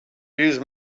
use